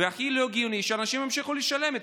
והכי לא הגיוני שאנשים ימשיכו לשלם את